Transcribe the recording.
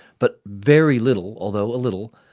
but very little, although a little,